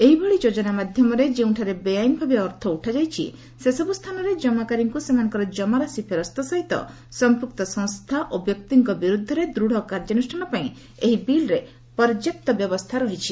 ଏହିଭଳି ଯୋଜନା ମାଧ୍ୟମରେ ଯେଉଁଠାରେ ବେଆଇନ ଭାବେ ଅର୍ଥ ଉଠାଯାଇଛି ସେସବୁ ସ୍ଥାନରେ ଜମାକାରୀଙ୍କୁ ସେମାନଙ୍କର ଜମାରାଶି ଫେରସ୍ତ ସହିତ ସଂପୃକ୍ତ ସଂସ୍ଥା ଓ ବ୍ୟକ୍ତିଙ୍କ ବିରୁଦ୍ଧରେ ଦୂଢ଼ କାର୍ଯ୍ୟାନୁଷ୍ଠାନ ପାଇଁ ଏହି ବିଲ୍ରେ ପର୍ଯ୍ୟାପ୍ତ ବ୍ୟବସ୍ଥା ରହିଛି